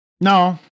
No